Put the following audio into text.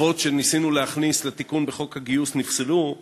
הטבות שניסינו להכניס לתיקון בחוק הגיוס נפסלו,